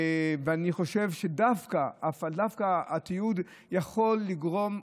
אני חושב שדווקא התיעוד יכול לגרום,